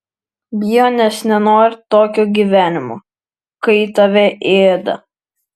bijo nes nenori tokio gyvenimo kai tave ėda